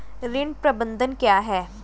ऋण प्रबंधन क्या है?